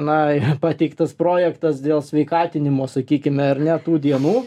na pateiktas projektas dėl sveikatinimo sakykime ar ne tų dienų